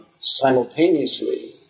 simultaneously